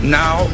now